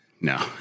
No